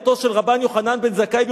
ברגע שמזכירים את רבן יוחנן בן זכאי,